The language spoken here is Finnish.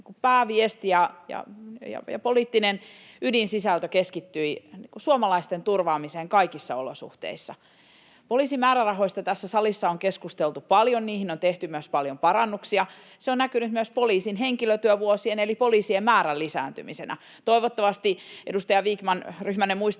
pääviesti ja poliittinen ydinsisältö keskittyivät suomalaisten turvaamiseen kaikissa olosuhteissa. Poliisin määrärahoista tässä salissa on keskusteltu paljon. Niihin on tehty myös paljon parannuksia. Se on näkynyt myös poliisin henkilötyövuosien eli poliisien määrän lisääntymisenä. Toivottavasti, edustaja Vikman, ryhmänne muistaa